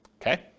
okay